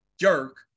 jerk